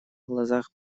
глазах